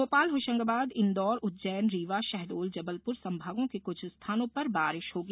भोपाल होषंगाबाद इंदौर उज्जैन रीवा षहडोल जबलपुर संभागों के कुछ स्थानों पर बारिष होगी